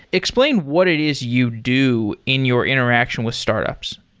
explain what it is you do in your interaction with startups.